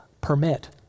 Permit